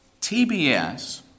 TBS